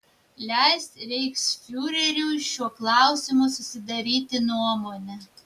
leis reichsfiureriui šiuo klausimu susidaryti nuomonę